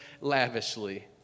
lavishly